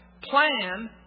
plan